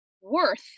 worth